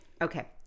Okay